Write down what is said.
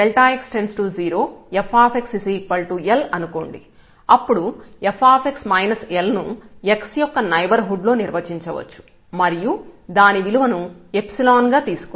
అప్పుడు f Lను x యొక్క నైబర్ హుడ్ లో నిర్వచించవచ్చు మరియు దాని విలువను గా తీసుకుందాం